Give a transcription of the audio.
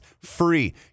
free